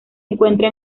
encuentra